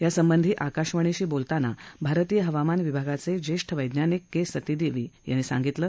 यासंबंधी आकाशवाणीशी बोलताना भारतीय हवामान विभागाच्या ज्यातीवैज्ञानिक वा सती दक्षियांनी सांगितलं